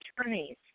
attorneys